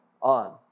on